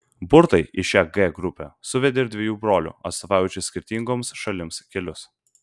burtai į šią g grupę suvedė ir dviejų brolių atstovaujančių skirtingoms šalims kelius